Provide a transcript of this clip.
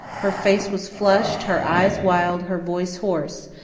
her face was flushed, her eyes wild, her voice hoarse.